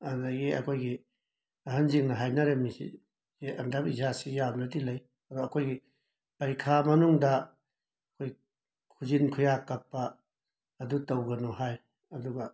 ꯑꯗꯨꯗꯒꯤ ꯑꯩꯈꯣꯏꯒꯤ ꯑꯍꯟꯁꯤꯡꯅ ꯍꯥꯏꯅꯔꯝꯃꯤꯁꯤ ꯌꯦ ꯑꯟꯗꯕꯤꯁꯋꯥꯁꯁꯤ ꯌꯥꯝꯅꯗꯤ ꯂꯩ ꯑꯗꯣ ꯑꯩꯈꯣꯏꯒꯤ ꯄꯔꯤꯈ꯭ꯌꯥ ꯃꯅꯨꯡꯗ ꯑꯩꯈꯣꯏ ꯈꯨꯖꯤꯟ ꯈꯨꯌꯥ ꯀꯛꯄ ꯑꯗꯨ ꯇꯧꯒꯅꯨ ꯍꯥꯏ ꯑꯗꯨꯒ